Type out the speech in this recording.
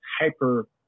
hyper